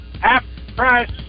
Half-price